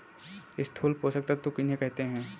स्थूल पोषक तत्व किन्हें कहते हैं?